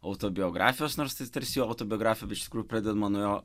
autobiografijos nors jis tarsi jo autobiografijoje iš tikrųjų pradedama nuo jo